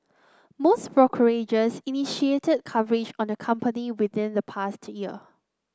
most brokerages initiated coverage on the company within the past year